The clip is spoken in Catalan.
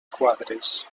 quadres